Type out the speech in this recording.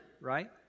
right